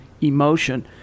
emotion